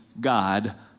God